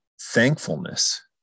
thankfulness